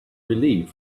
relieved